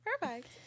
perfect